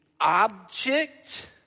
object